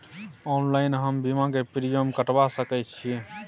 Online हम बीमा के प्रीमियम कटवा सके छिए?